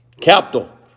Capital